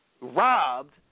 robbed